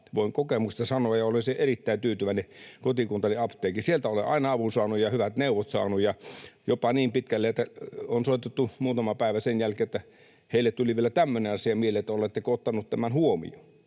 Voin kokemuksesta sanoa, että olen erittäin tyytyväinen kotikuntani apteekkiin. Sieltä olen aina avun ja hyvät neuvot saanut ja jopa niin pitkälle, että on soitettu muutama päivä sen jälkeen, että heille tuli vielä tämmöinen asia mieleen, että oletteko ottanut tämän huomioon.